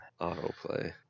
autoplay